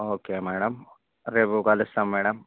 okay madam రేపు కలుస్తాం madam